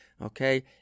okay